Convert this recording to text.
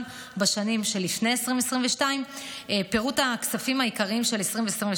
בשנים שלפני 2022. פירוט הכספים העיקריים של 2022: